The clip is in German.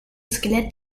skelett